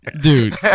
Dude